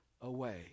away